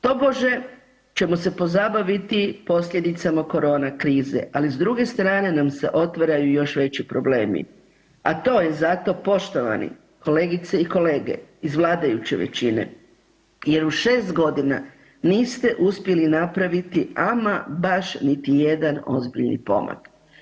Tobože ćemo se pozabaviti posljedicama korona krize, ali s druge strane nam se otvaraju još veći problemi, a to je zato, poštovani kolegice i kolege iz vladajuće većine, jer u 6.g. niste uspjeli napravit ama baš niti jedan ozbiljni pomak.